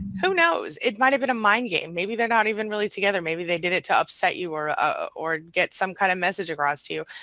who knows, it might have been a mind game maybe they're not even really together maybe they did it to upset you or ah or get some kind of message across to you,